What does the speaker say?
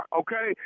okay